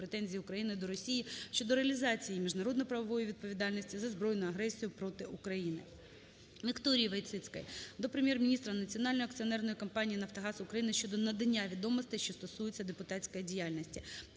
претензії України до Росії щодо реалізації її міжнародно-правової відповідальності за збройну агресію проти України. ВікторіїВойціцької до Прем'єр-міністра, Національної акціонерної компанії "Нафтогаз України" щодо надання відомостей, що стосуються депутатської діяльності.